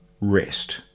rest